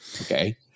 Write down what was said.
Okay